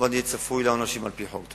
יהיה צפוי כמובן לעונשים על-פי חוק.